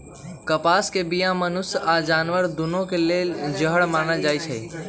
कपास के बीया मनुष्य आऽ जानवर दुन्नों के लेल जहर मानल जाई छै